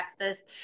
Texas